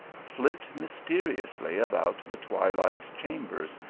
flit mysteriously about the twilight cham bers,